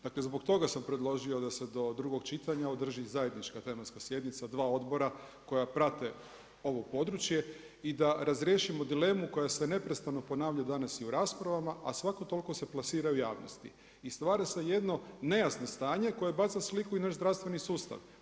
Dakle zbog toga sam predložio da se do drugog čitanja održi zajednička tematska sjednica, dva odbora koja prate ovo područje i da razriješimo dilemu koja se neprestano ponavlja danas i u raspravama a svakih toliko se plasira u javnosti i stvara se jedno nejasno stanje koje baca sliku i na naš zdravstveni sustav.